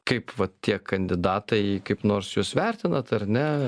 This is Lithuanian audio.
kaip vat tie kandidatai kaip nors juos vertinat ar ne